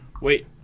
wait